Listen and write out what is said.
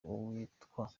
uwitwa